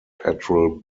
petrel